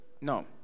No